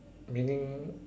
meaning